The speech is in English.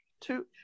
two